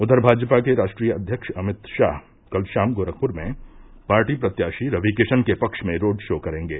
उधर भाजपा के राष्ट्रीय अध्यक्ष अमित शाह कल शाम गोरखपुर में पार्टी प्रत्याशी रवि किशन के पक्ष में रोड शो करेंगे